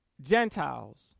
Gentiles